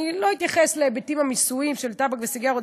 אני לא אתייחס להיבטים המיסויים של טבק וסיגריות,